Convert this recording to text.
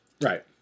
Right